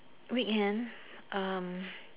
weekend um